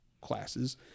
classes